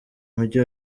mujyi